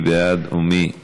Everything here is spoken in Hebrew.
מי בעד ומי נגד?